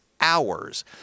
hours